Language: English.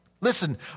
Listen